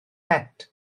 het